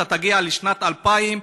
אתה תגיע לשנת 2020,